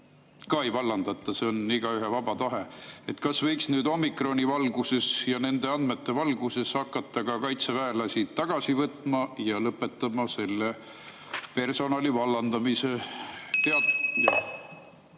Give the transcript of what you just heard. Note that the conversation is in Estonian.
ka ei vallandata, see on igaühe vaba tahe. Kas võiks nüüd omikron[tüve] valguses ja nende andmete valguses hakata kaitseväelasi tagasi võtma ja lõpetada selle personali vallandamise?